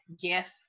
gif